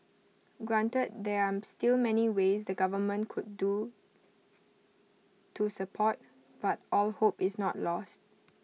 granted there are still many ways the government could do to support but all hope is not lost